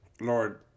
Lord